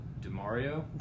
Demario